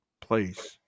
place